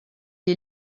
est